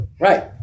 right